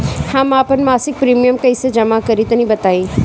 हम आपन मसिक प्रिमियम कइसे जमा करि तनि बताईं?